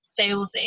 salesy